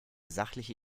sachliche